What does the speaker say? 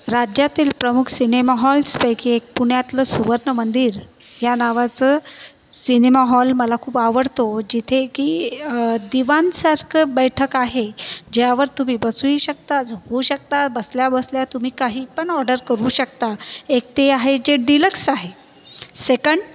राज्यातील प्रमुख सिनेमाहॉल्सपैकी एक पुण्यातलं सुवर्णमंदिर या नावाचं सिनेमाहॉल मला खूप आवडतो जिथे की दिवाणसारखं बैठक आहे ज्यावर तुम्ही बसूही शकता झोपू शकता बसल्याबसल्या तुम्ही काही पण ऑर्डर करू शकता एक ते आहे जे डिलक्स आहे सेकंड